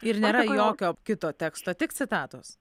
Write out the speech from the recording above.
ir nėra jokio kito teksto tik citatos